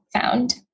found